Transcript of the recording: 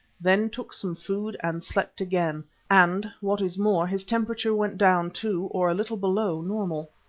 then took some food and slept again and, what is more, his temperature went down to, or a little below, normal.